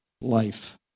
life